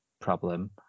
problem